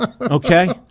Okay